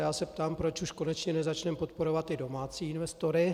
Já se ptám, proč už konečně nezačneme podporovat ty domácí investory.